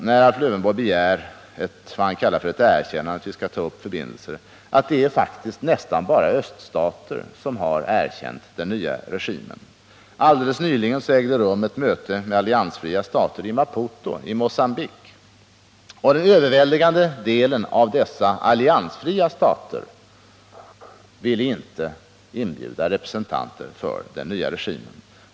När Alf Lövenborg begär vad han kallar ett erkännande och att vi skall ta upp förbindelser, vill jag emellertid peka på att det faktiskt är nästan bara öststater som har erkänt den nya regimen. Alldeles nyligen ägde det rum ett möte med alliansfria stater i Maputo i Mogambique, och den överväldigande delen av dessa alliansfria stater ville inte inbjuda representanter för den nya regimen.